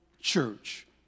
church